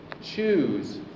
Choose